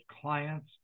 clients